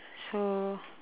so